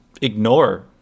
ignore